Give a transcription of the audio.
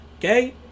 okay